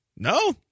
No